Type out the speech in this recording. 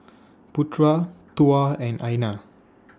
Putra Tuah and Aina